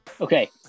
Okay